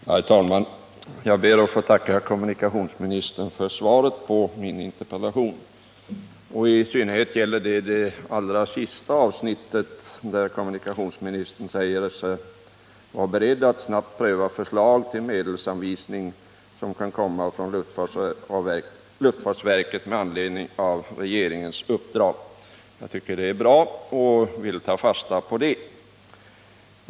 Herr talman! Jag ber att få tacka kommunikationsministern för svaret på min interpellation. I synnerhet gäller det det allra sista avsnittet, där kommunikationsministern säger sig vara beredd att snabbt pröva förslag till medelsanvisning som kan komma från luftfartsverket med anledning av regeringens uppdrag. Jag tycker det är bra och vill ta fasta på det.